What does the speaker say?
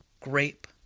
grape